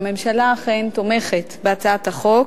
הממשלה אכן תומכת בהצעת החוק